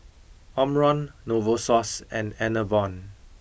Omron Novosource and Enervon